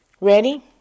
Ready